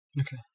Okay